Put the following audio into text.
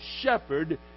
shepherd